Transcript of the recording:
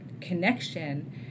connection